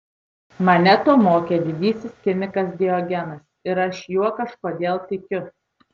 mane to mokė didysis kinikas diogenas ir aš juo kažkodėl tikiu